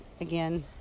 again